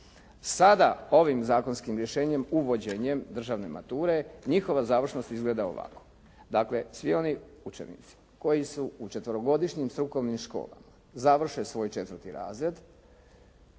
Sada ovim zakonskim rješenjem uvođenjem državne mature, njihova završnost izgleda ovako. Dakle, svi oni učenici koji su u četverogodišnjim strukovnim školama, završe svoj 4. razred